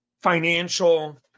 financial